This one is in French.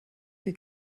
que